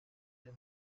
iyo